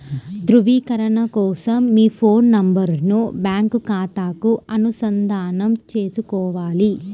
ధ్రువీకరణ కోసం మీ ఫోన్ నెంబరును బ్యాంకు ఖాతాకు అనుసంధానం చేసుకోవాలి